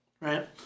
right